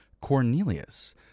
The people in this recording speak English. Cornelius